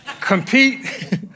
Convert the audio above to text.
compete